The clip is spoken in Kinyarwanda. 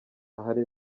ahari